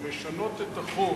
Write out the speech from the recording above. לשנות את החוק,